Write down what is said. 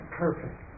perfect